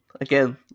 Again